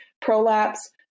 prolapse